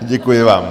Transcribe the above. Děkuji vám.